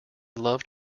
love